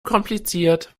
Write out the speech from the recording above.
kompliziert